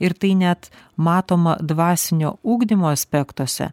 ir tai net matoma dvasinio ugdymo aspektuose